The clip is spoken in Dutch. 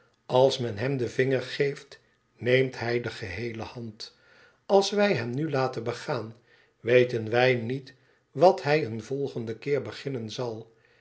als men hem den vinger geeft neemt hij de geheele hand als wij hem nu laten begaan weten wij niet wat hij een volgenden keer beginnen zal